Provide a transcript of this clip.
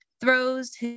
throws